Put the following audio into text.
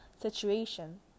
situation